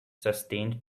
sustained